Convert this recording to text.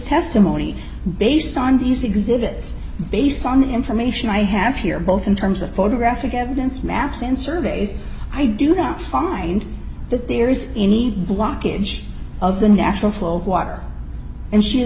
testimony based on these exhibits based on information i have here both in terms of photographic evidence maps and surveys i do not find that there is any blockage of the natural flow of water and she